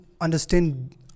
understand